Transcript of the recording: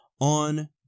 on